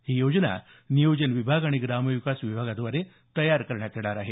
ही योजना नियोजन विभाग आणि ग्रामविकास विभागाव्दारे तयार करण्यात येणार आहे